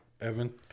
Evan